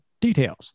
details